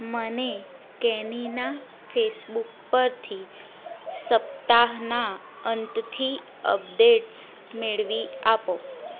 મને કેનીના ફેસબૂક પરથી સપ્તાહના અંતથી અપડેટ્સ મેળવી આપો